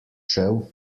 šel